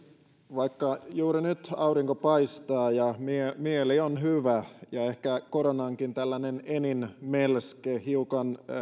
vaikka juuri nyt aurinko paistaa ja mieli on hyvä ja ehkä koronankin enin melske hiukan